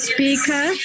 Speaker